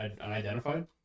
unidentified